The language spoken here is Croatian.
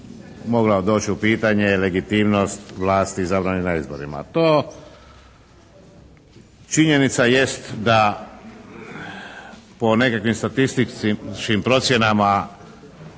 mogla doći u pitanje legitimnost vlasti izabrane na izborima. To činjenica jest da po nekakvim statističkim procjenama